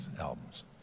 albums